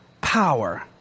Power